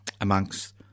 amongst